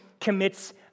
commits